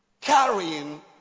Carrying